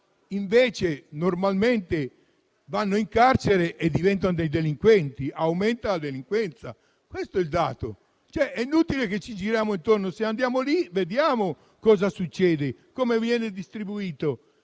Invece, normalmente vanno in carcere e diventano delinquenti: aumenta la delinquenza, questo è il dato. È inutile girarci intorno: se andiamo lì, vediamo cosa succede e come viene distribuito.